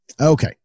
Okay